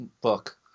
book